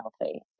healthy